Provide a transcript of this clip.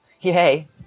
Yay